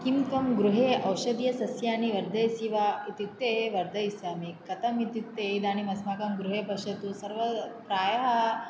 किं त्वं गृहे औषधीय सस्यानि वर्धयसि वा इत्युक्ते वर्धयिष्यामि कथमित्युक्ते इदानीमस्माकं गृहे पश्यतु सर्व प्रायः